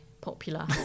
popular